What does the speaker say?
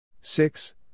Six